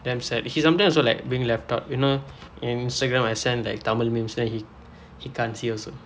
damn sad he sometimes also like being left out you know in instagram I send like tamil memes then he he can't see also